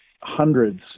Hundreds